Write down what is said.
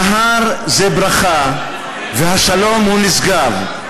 הנהר זה ברכה, והשלום הוא נשגב.